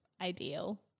ideal